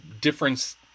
difference